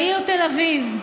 בעיר תל אביב,